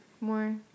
more